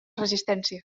resistència